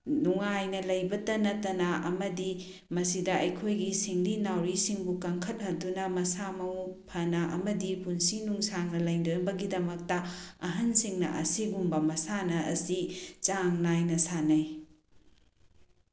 ꯅꯨꯡꯉꯥꯏꯅ ꯂꯩꯕꯇ ꯅꯠꯇꯅ ꯑꯃꯗꯤ ꯃꯁꯤꯗ ꯑꯩꯈꯣꯏꯒꯤ ꯁꯤꯡꯂꯤ ꯅꯥꯎꯔꯤꯁꯤꯡꯕꯨ ꯀꯟꯈꯠꯍꯟꯗꯨꯅ ꯃꯁꯥ ꯃꯎ ꯐꯅ ꯑꯃꯗꯤ ꯄꯨꯟꯁꯤ ꯅꯨꯡꯁꯥꯡꯅ ꯂꯩꯅꯕꯒꯤꯗꯃꯛꯇ ꯑꯍꯟꯁꯤꯡꯅ ꯑꯁꯤꯒꯨꯝꯕ ꯃꯁꯥꯟꯅ ꯑꯁꯤ ꯆꯥꯡ ꯅꯥꯏꯅ ꯁꯥꯟꯅꯩ